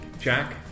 Jack